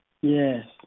Yes